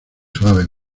suaves